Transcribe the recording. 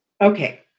Okay